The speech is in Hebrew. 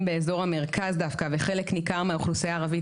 באזור המרכז דווקא וחלק ניכר מהאוכלוסייה הערבית,